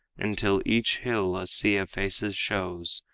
until each hill a sea of faces shows,